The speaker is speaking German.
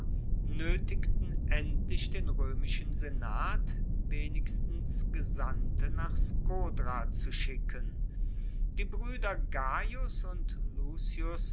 noetigten endlich den roemischen senat wenigstens gesandte nach skodra zu schicken die brueder gaius und lucius